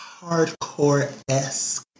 hardcore-esque